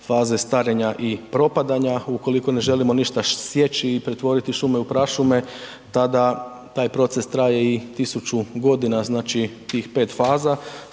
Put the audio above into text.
faze starenja i propadanja ukoliko ne želimo ništa sjeći i pretvoriti šume u prašume, tada taj proces traje i tisuću godina, znači tih 5 faza,